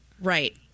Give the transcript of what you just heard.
Right